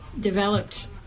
developed